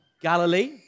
Galilee